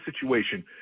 situation